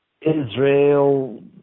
Israel